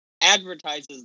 advertises